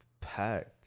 packed